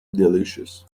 delicious